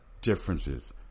differences